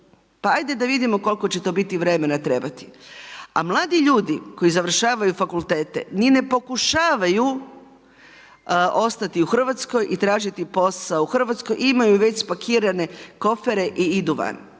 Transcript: pa ajde da vidimo koliko će to biti vremena trebati a mladi ljudi koji završavaju fakultete ni ne pokušavaju ostati u Hrvatskoj i tražiti posao u Hrvatskoj, imaju već spakirane kofere i idu van